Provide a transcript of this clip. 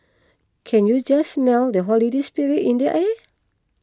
can you just smell the holiday spirit in the air